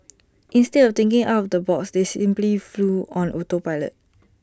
instead of thinking out of the box they simply flew on auto pilot